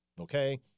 okay